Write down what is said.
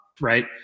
right